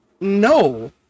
no